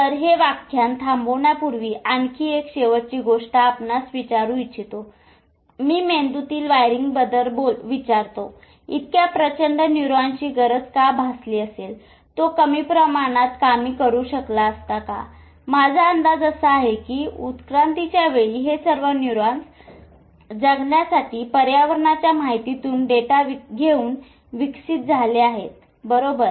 तर हे व्याख्यान थांबवण्यापूर्वी आणखी एक शेवटची गोष्ट आपणास विचारू इच्छितो मी मेंदू तील वायरिंगबद्दल विचारतो इतक्या प्रचंड न्यूरॉन्स ची गरज का भासली असेल तो कमी प्रमाणात कामी करू शकला असता का माझा अंदाज असा आहे की उत्क्रांतीच्या वेळी हे सर्व न्यूरॉन्स जगण्यासाठी पर्यावरणाच्या माहितीतून डेटा घेऊन विकसित झाले आहेत बरोबर